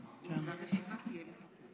אדוני היושב-ראש, יש פה שר?